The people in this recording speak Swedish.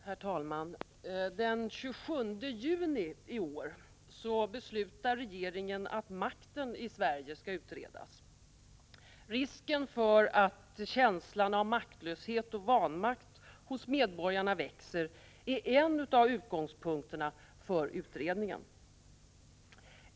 Herr talman! Den 27 juni i år beslutar regeringen att makten i Sverige skall utredas. Risken för att känslan av maktlöshet och vanmakt hos medborgarna växer är en av utgångspunkterna för utredningen.